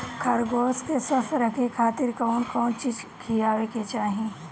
खरगोश के स्वस्थ रखे खातिर कउन कउन चिज खिआवे के चाही?